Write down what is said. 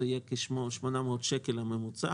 זה יהיה כ-800 שקל בממוצע,